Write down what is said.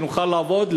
שנוכל לעבוד,